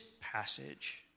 passage